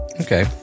okay